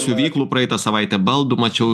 siuvyklų praeitą savaitę baldų mačiau